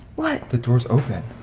what? the door's open